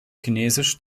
chinesisch